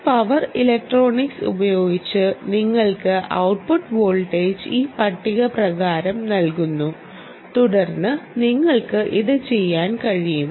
ഈ power electronics ഉപയോഗിച്ച് നിങ്ങൾക്ക് ഔട്ട്പുട്ട് വോൾട്ടേജ് ഈ പട്ടിക പ്രകാരം നൽകുന്നു തുടർന്ന് നിങ്ങൾക്ക് ഇത് ചെയ്യാൻ കഴിയും